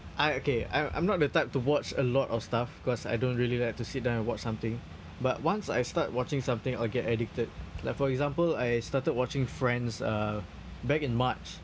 I okay I I'm not the type to watch a lot of stuff cause I don't really like to sit down and watch something but once I start watching something I'll get addicted like for example I started watching friends uh back in march